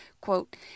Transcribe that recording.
Quote